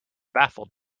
baffled